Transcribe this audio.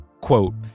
Quote